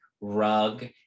rug